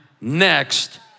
next